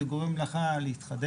זה גורם לך להתחדש,